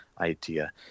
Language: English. idea